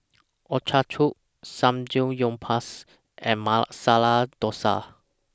Ochazuke Samgeyopsal and Masala Dosa